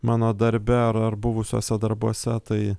mano darbe ar ar buvusiuose darbuose tai